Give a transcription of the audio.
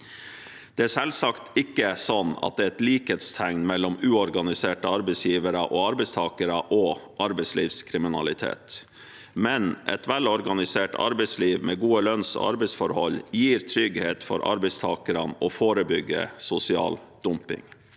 Det er selvsagt ikke et likhetstegn mellom uorganiserte arbeidsgivere og arbeidstakere og arbeidslivskriminalitet, men et velorganisert arbeidsliv med gode lønns- og arbeidsforhold gir trygghet for arbeidstakerne og forebygger sosial dumping.